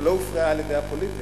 שלא הופרעה על-ידי הפוליטי,